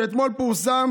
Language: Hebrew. שאתמול פורסם